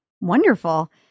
Wonderful